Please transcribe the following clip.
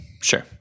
sure